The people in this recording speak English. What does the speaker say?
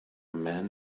man